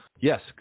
Yes